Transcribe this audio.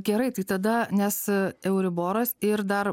gerai tai tada nes euriboras ir dar